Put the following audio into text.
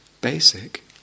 basic